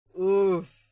Oof